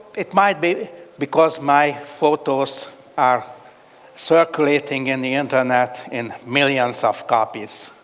it might be because my photos are circulating in the internet in millions of copies.